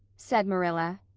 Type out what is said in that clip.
said marilla,